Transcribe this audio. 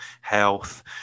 health